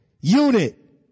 unit